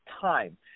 time